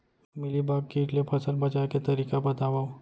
Mealybug किट ले फसल बचाए के तरीका बतावव?